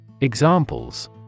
Examples